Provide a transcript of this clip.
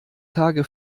tage